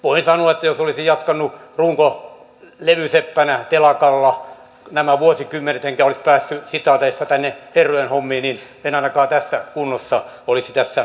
voin sanoa että jos olisin jatkanut runkolevyseppänä telakalla nämä vuosikymmenet enkä olisi päässyt tänne herrojen hommiin niin en ainakaan tässä kunnossa olisi tässä puhumassa